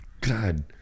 God